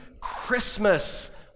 Christmas